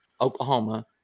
Oklahoma